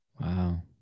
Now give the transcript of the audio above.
Wow